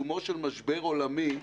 בעיצומו של משבר עולמי,